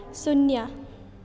शून्य